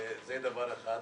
זה דבר אחד.